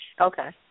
Okay